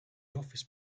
office